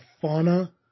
Fauna